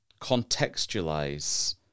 contextualize